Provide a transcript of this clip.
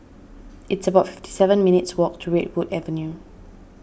it's about fifty seven minutes' walk to Redwood Avenue